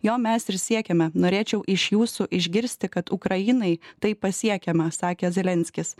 jo mes ir siekiame norėčiau iš jūsų išgirsti kad ukrainai tai pasiekiama sakė zelenskis